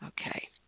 Okay